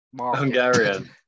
Hungarian